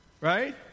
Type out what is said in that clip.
right